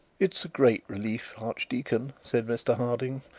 it's a great relief, archdeacon said mr harding,